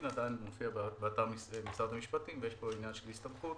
עדין מופיע באתר משרד המשפטים ויש פה עניין של הסתמכות.